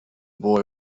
boy